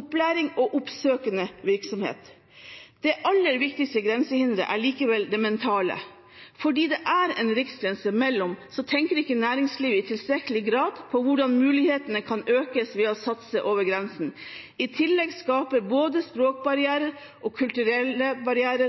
opplæring og oppsøkende virksomhet. Det aller viktigste grensehinderet er likevel det mentale. Fordi det er en riksgrense mellom, tenker ikke næringslivet i tilstrekkelig grad på hvordan mulighetene kan økes ved å satse over grensen. I tillegg skaper både språkbarrierer og kulturelle